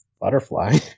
butterfly